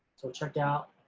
so check out